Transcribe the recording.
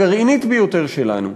הגרעינית ביותר שלנו,